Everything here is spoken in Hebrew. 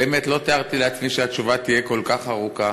באמת, לא תיארתי לעצמי שהתשובה תהיה כל כך ארוכה,